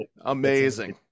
Amazing